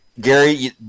Gary